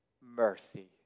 mercy